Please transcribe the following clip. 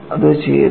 അത് ചെയ്യരുത്